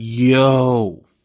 Yo